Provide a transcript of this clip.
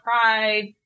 pride